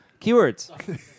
keywords